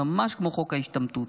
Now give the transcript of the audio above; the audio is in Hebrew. ממש כמו חוק ההשתמטות.